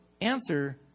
answer